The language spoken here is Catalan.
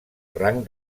rang